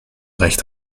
recht